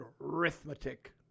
arithmetic